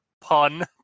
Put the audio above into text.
pun